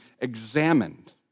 examined